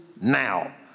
now